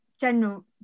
general